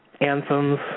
anthems